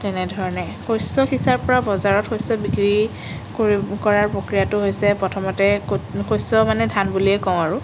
তেনেধৰণে শস্য সিঁচাৰ পৰা বজাৰত শস্য বিক্ৰী কৰি কৰাৰ প্ৰক্ৰিয়াটো হৈছে প্ৰথমতে ক'ত শস্যৰ মানে ধান বুলিয়ে কওঁ আৰু